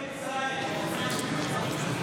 אשריכם ישראל.